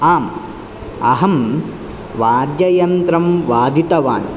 आम् अहं वाद्ययन्त्रं वादितवान्